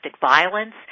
violence